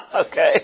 Okay